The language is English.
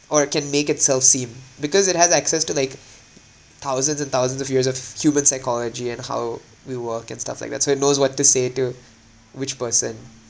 or it can make itself seem because it has access to like thousands and thousands of years of human psychology and how we work and stuff like that so it knows what to say to which person